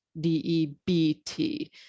d-e-b-t